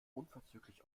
unverzüglich